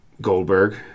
Goldberg